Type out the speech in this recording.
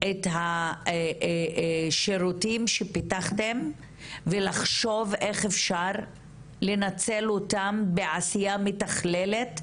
את השירותים שפיתחתם ולחשוב איך אפשר לנצל אותם בעשייה מתכללת,